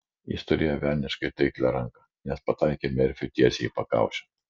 jis turėjo velniškai taiklią ranką nes pataikė merfiui tiesiai į pakaušį